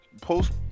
Post